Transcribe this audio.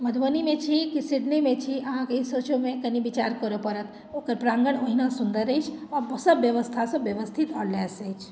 मधुबनीमे छी कि सिडनीमे छी अहाँके ई सोचयमे कनि विचार करय पड़त ओकर प्राङ्गण ओहिना सुन्दर अछि आओर सभ व्यवस्थासँ व्यवस्थित आओर लैश अछि